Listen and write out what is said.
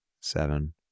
seven